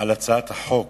על הצעת החוק.